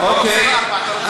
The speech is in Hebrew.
אוקיי,